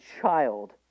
child